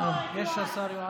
אין שר במליאה.